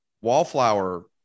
wallflower